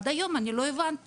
עד היום אני לא הבנתי.